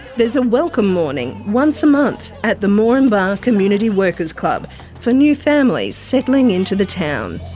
there's a welcome morning once a month at the moranbah community worker's club for new families settling into the town.